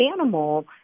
animal